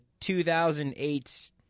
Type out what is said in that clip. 2008